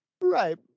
Right